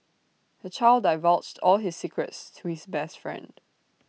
the child divulged all his secrets to his best friend